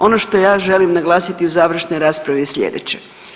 Ono što ja želim naglasiti u završnoj raspravi je slijedeće.